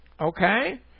okay